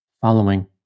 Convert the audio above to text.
following